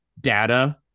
data